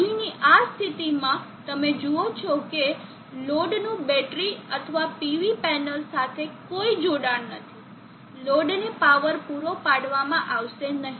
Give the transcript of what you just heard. અહીંની આ સ્થિતિમાં તમે જુઓ છો કે લોડનું બેટરી અથવા PV પેનલ સાથે કોઈ જોડાણ નથી લોડને પાવર પૂરો પાડવામાં આવશે નહીં